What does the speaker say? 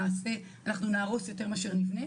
אנחנו נהרוס יותר מאשר נבנה